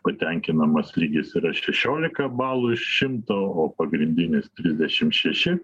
patenkinamas lygis yra šešiolika balų iš šimto o pagrindinis trisdešim šeši